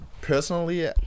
personally